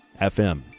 fm